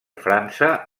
frança